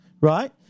right